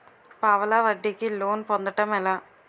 పావలా వడ్డీ కి లోన్ పొందటం ఎలా?